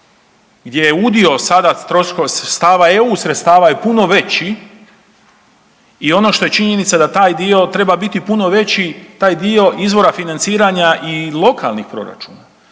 gdje je udio sada … eu sredstava je puno veći i ono što je činjenica da taj dio treba biti puno veći taj dio izvora financiranja i lokalnih proračuna.